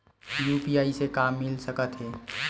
UPI से का मिल सकत हे?